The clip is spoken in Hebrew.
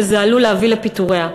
וזה עלול להביא לפיטוריה.